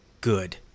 good